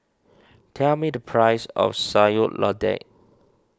tell me the price of Sayur Lodeh